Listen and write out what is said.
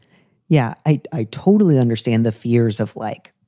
yeah, i i totally understand the fears of, like,